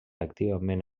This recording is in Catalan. activament